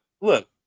look